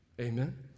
Amen